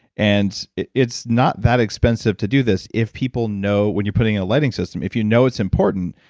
and it's not that expensive to do this. if people know, when you're putting a lighting system if you know it's important.